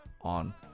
on